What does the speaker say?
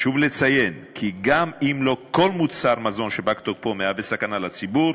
חשוב לציין כי גם אם לא בכל מוצר מזון שפג תוקפו יש סכנה לציבור,